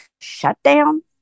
shutdown